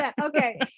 Okay